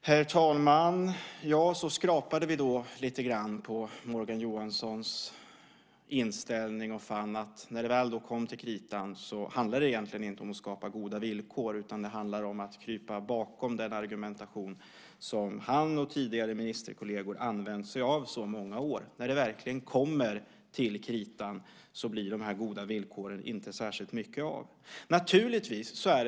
Herr talman! Så skrapade vi lite på Morgan Johanssons inställning och fann att när det kom till kritan handlade det egentligen inte om att skapa goda villkor utan om att krypa bakom den argumentation som han och tidigare ministerkolleger använt sig av i så många år. När det verkligen kommer till kritan blir det inte särskilt mycket av de goda villkoren.